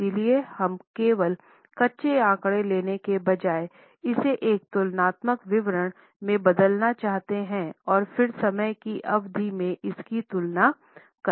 इसलिए हम केवल कच्चे आंकड़े लेने के बजाय इसे एक तुलनात्मक विवरण में बदलना चाहते हैं और फिर समय की अवधि में इसकी तुलना करें